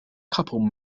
couple